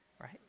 right